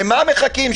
למה מחכים?